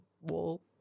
wall